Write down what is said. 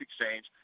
Exchange